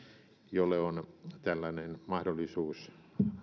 jolle on tällainen mahdollisuus